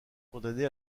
condamné